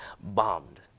bombed